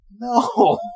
no